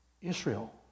Israel